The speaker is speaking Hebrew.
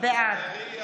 בעד